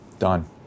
done